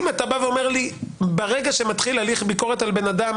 אם אתה אומר לי: ברגע שמתחיל הליך ביקורת על אדם,